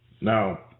Now